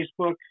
Facebook